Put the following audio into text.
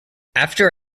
after